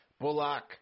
Bullock